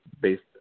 based